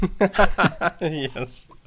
Yes